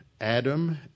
Adam